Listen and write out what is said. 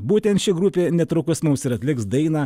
būtent ši grupė netrukus mums ir atliks dainą